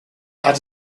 had